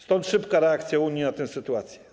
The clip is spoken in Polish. Stąd szybka reakcja Unii na tę sytuację.